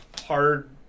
hard